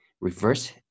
reverse